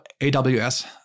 AWS